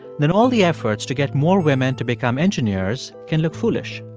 then all the efforts to get more women to become engineers can look foolish